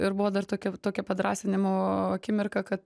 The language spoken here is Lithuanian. ir buvo dar tokia v tokia padrąsinimo akimirka kad